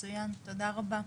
מצוין, תודה רבה.